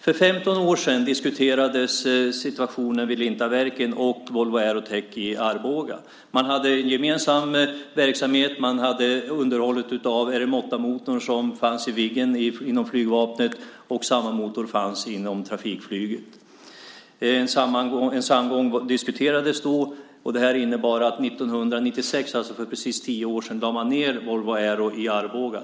För 15 år sedan diskuterades situationen vid Lintaverken och vid Volvo Aerotech i Arboga. Man hade gemensam verksamhet. Man hade underhållet av RM-8-motorn som fanns i Viggen inom flygvapnet. Samma motor fanns inom trafikflyget. Ett samgående diskuterades då. Det innebar att man 1996, alltså för precis tio år sedan, lade ned Volvo Aero i Arboga.